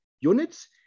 units